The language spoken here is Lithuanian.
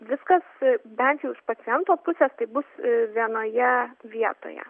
viskas bent jau iš paciento pusės tai bus vienoje vietoje